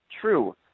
true